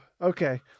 okay